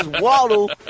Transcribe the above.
Waddle